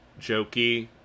jokey